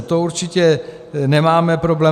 To určitě nemáme problém.